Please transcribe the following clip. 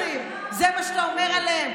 רולקסים, זה מה שאתה אומר עליהם?